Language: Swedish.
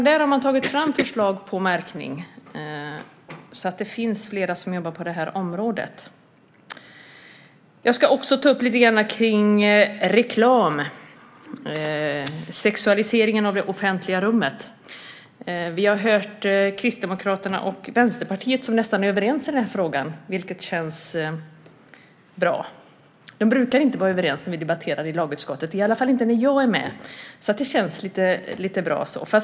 Där har man tagit fram förslag till märkning, så det finns flera som jobbar på det här området. Jag ska också ta upp lite grann kring reklam och sexualiseringen av det offentliga rummet. Vi har hört Kristdemokraterna och Vänsterpartiet, som nästan är överens i den här frågan, vilket känns bra. De brukar inte vara överens när vi debatterar i lagutskottet, i alla fall inte när jag är med, så det känns lite bra.